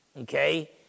okay